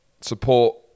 support